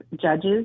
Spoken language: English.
judges